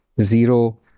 zero